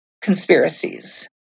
conspiracies